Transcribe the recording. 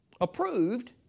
Approved